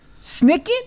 snicket